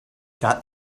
got